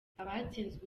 abatsinzwe